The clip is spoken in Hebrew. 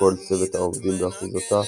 וכל צוות העובדים באחוזתה,